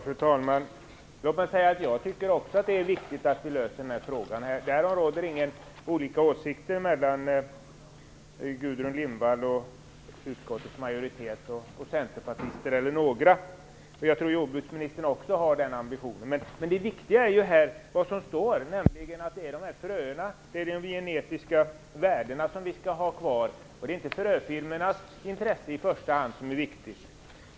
Fru talman! Också jag tycker att det är viktigt att vi löser denna fråga. Om detta finns det inga skiljaktiga åsikter mellan Gudrun Lindvall, utskottets majoritet, centerpartister eller andra. Jag tror att också jordbruksministern har samma ambition. Men det viktiga är det som framhålls i betänkandet, nämligen att vi skall ha kvar de genetiska värdena som finns i fröerna. Det är inte i första hand fröfirmornas intressen som är viktiga.